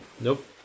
Nope